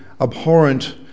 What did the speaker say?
abhorrent